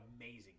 amazing